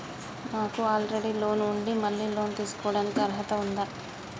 నాకు already loan ఉండి మళ్ళీ లోన్ తీసుకోవడానికి అర్హత ఉందా?